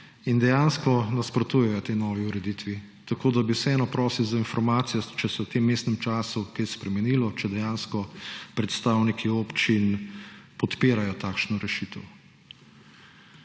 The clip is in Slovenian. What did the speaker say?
in dejansko nasprotujejo tej novi ureditvi, tako da bi vseeno prosil za informacijo, če se je v tem vmesnem času kaj spremenilo, če dejansko predstavniki občin podpirajo takšno rešitev.